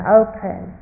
open